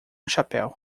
chapéu